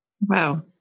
Wow